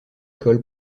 école